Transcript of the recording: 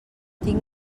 tinc